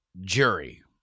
jury